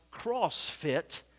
CrossFit